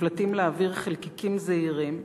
נפלטים לאוויר חלקיקים זעירים,